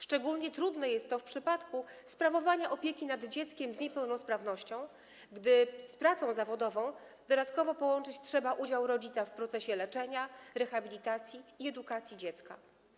Szczególnie trudne jest to w przypadku sprawowania opieki nad dzieckiem z niepełnosprawnością, gdy z pracą zawodową dodatkowo połączyć trzeba udział rodzica w procesie leczenia, rehabilitacji i edukacji dziecka.